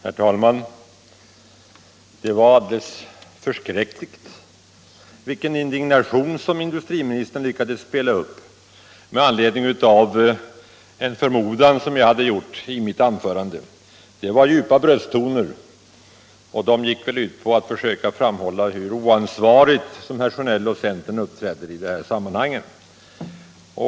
Herr talman! Det var alldeles förskräckligt vilken indignation industriministern lyckades spela upp med anledning av en förmodan som jag gjorde i mitt anförande. Det var djupa brösttoner. Avsikten var väl att försöka framhålla hur oansvarigt Sjönell och centern uppträder i detta sammanhang.